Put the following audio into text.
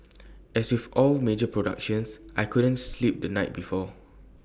as with all major productions I couldn't sleep the night before